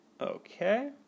Okay